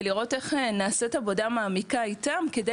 ולראות איך נעשית עבודה מעמיקה איתם כדי